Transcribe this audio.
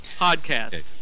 podcast